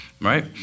right